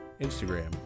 Instagram